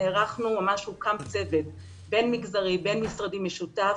ממש הוקם צוות בין-מגזרי, בין-משרדי משותף